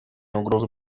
угрозы